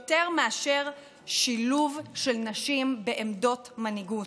יותר מאשר שילוב של נשים בעמדות מנהיגות.